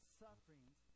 sufferings